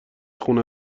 خونه